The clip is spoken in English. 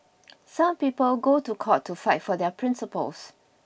some people go to court to fight for their principles